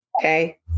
okay